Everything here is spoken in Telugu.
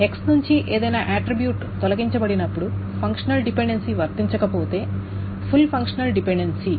X నుండి ఏదైనా ఆట్రిబ్యూట్ తొలగించబడినప్పుడు ఫంక్షనల్ డిపెండెన్సీ వర్తించకపోతే పూర్తి ఫంక్షనల్ డిపెండెన్సీ